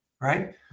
right